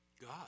God